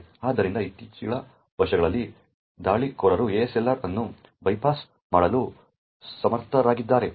ಆದ್ದರಿಂದ ಇತ್ತೀಚಿನ ವರ್ಷಗಳಲ್ಲಿ ದಾಳಿಕೋರರು ASLR ಅನ್ನು ಬೈಪಾಸ್ ಮಾಡಲು ಸಮರ್ಥರಾಗಿದ್ದಾರೆ